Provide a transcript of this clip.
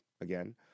again